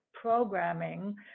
programming